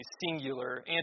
singular